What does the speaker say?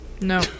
no